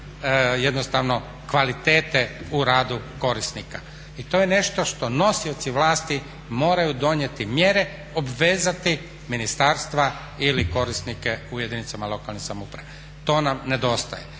jednostavno kvalitete u radu korisnika. I to je nešto što nosioci vlasti moraju donijeti mjere, obvezati ministarstva ili korisnike u jedinicama lokalnih samouprava. To nam nedostaje.